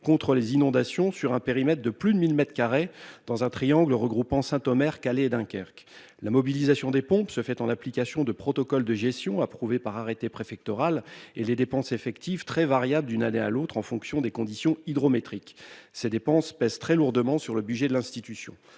contre les inondations sur un périmètre de plus de 1000 m2 dans un triangle regroupant Saint Omer Calais et Dunkerque. La mobilisation des pompes se fait en application du protocole de gestion approuvé par arrêté préfectoral et les dépenses effectives très variable d'une année à l'autre en fonction des conditions hydrométrie qu'ces dépenses pèsent très lourdement sur le budget de l'institution